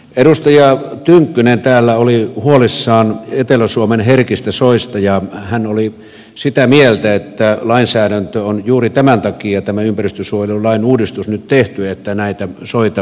edustaja tynkkynen täällä oli huolissaan etelä suomen herkistä soista ja hän oli sitä mieltä että juuri tämän takia tämä ympäristönsuojelulain uudistus on nyt tehty että näitä soita suojeltaisiin